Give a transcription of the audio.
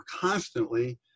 constantly